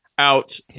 Out